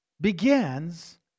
begins